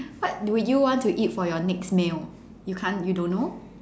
what would you want to eat for your next meal you can't you don't know